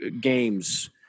games